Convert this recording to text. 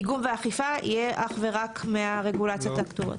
דיגום ואכיפה יהיה אך ורק מרגולציות הכתובות.